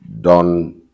done